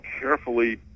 carefully